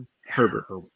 Herbert